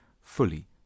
fully